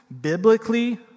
biblically